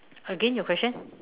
again your question